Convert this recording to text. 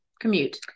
commute